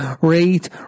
rate